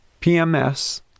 PMS